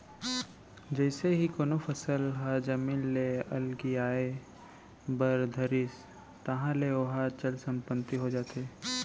जइसे ही कोनो फसल ह जमीन ले अलगियाये बर धरिस ताहले ओहा चल संपत्ति हो जाथे